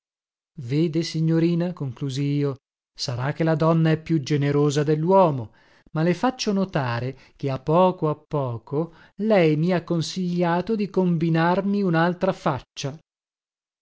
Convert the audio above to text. vede signorina conclusi io sarà che la donna è più generosa delluomo ma le faccio notare che a poco a poco lei mi ha consigliato di combinarmi unaltra faccia